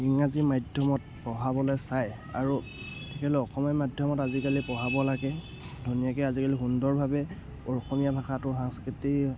ইংৰাজী মাধ্যমত পঢ়াবলৈ চায় আৰু তেতিয়াহ'লে অসমীয়া মাধ্যমত আজিকালি পঢ়াব লাগে ধুনীয়াকৈ আজিকালি সুন্দৰভাৱে অসমীয়া ভাষাটো সাংস্কৃতি